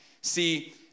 See